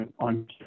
on